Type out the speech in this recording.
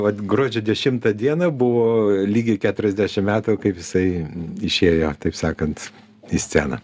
vat gruodžio dešimtą dieną buvo lygiai keturiasdešim metų kaip jisai išėjo taip sakant į sceną